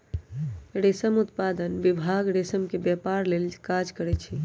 रेशम उत्पादन विभाग रेशम के व्यपार लेल काज करै छइ